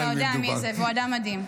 אז אתה יודע מי זה, והוא אדם מדהים.